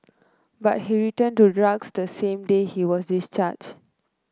but he returned to drugs the same day he was discharge